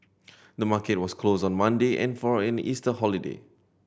the market was closed on Monday in for an Easter holiday